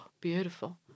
Beautiful